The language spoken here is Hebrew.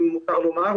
אם מותר לומר,